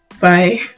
Bye